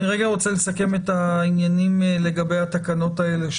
אני רגע רוצה לסכם את העניינים לגבי התקנות האלה,